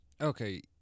Okay